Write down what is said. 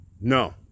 No